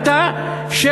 הייתה,